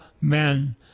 men